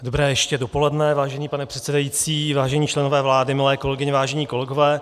Dobré ještě dopoledne, vážený pane předsedající, vážení členové vlády, milé kolegyně, vážení kolegové.